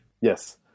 Yes